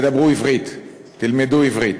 תדברו עברית, תלמדו עברית.